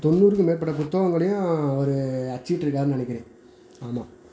தொண்ணூறுக்கு மேற்பட்ட புத்தகங்களையும் அவர் அச்சிட்டிருக்காருனு நினைக்கிறேன் ஆமாம்